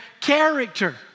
character